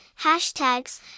hashtags